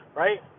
right